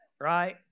Right